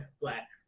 black